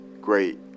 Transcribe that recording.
great